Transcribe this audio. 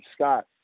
Scott